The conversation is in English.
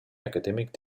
academic